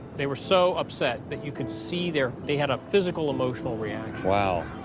they were so upset that you could see their they had a physical emotional reaction. wow.